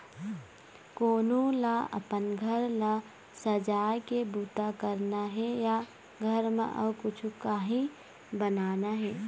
कोनो ल अपन घर ल सजाए के बूता करना हे या घर म अउ कछु काही बनाना हे